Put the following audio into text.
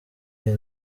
iyo